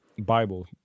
Bible